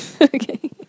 okay